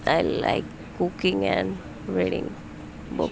I like cooking and reading book